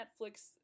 Netflix